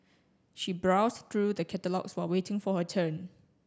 she browsed through the catalogues while waiting for her turn